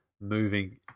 moving